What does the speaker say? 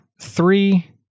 three